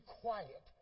quiet